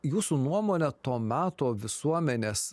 jūsų nuomone to meto visuomenės